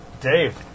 Dave